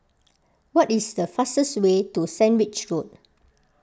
what is the fastest way to Sandwich Road